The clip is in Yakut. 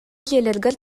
дьиэлэригэр